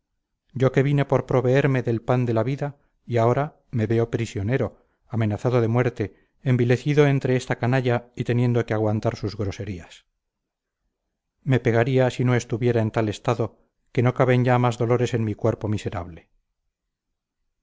yo que vine por proveerme del pan de la vida y ahora me veo prisionero amenazado de muerte envilecido entre esta canalla y teniendo que aguantar sus groserías me pegaría si no estuviera en tal estado que no caben ya más dolores en mi cuerpo miserable